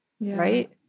right